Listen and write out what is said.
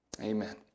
Amen